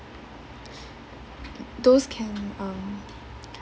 those can um